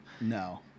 no